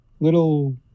little